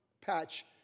patch